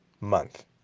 month